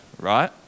right